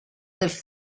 del